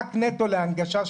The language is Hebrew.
רק נטו להנגשה,